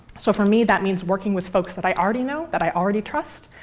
so, for me, that means working with folks that i already know, that i already trust,